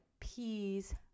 peas